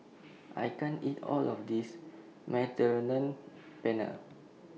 I can't eat All of This Mediterranean Penne